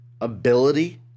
ability